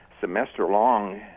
semester-long